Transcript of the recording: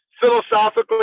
philosophically